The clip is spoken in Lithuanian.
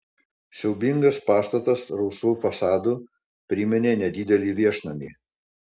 siaubingas pastatas rausvu fasadu priminė nedidelį viešnamį